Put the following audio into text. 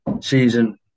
Season